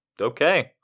okay